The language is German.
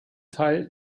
teil